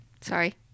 Sorry